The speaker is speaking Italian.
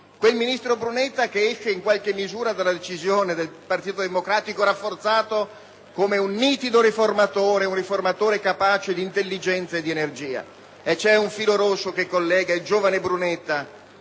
quel ministro Brunetta che esce in qualche misura dalla decisione del Partito Democratico rafforzato come un nitido riformatore, capace di intelligenza e di energia. C'è un filo rosso che collega il giovane Brunetta